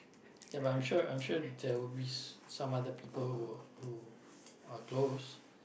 ya but I'm sure I'm sure there will be some other people who'll who are close